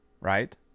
Right